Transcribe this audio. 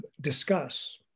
discuss